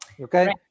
Okay